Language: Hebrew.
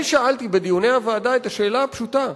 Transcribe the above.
אני שאלתי בדיוני הוועדה את השאלה הפשוטה: